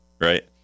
right